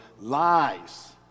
lies